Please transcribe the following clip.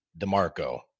DeMarco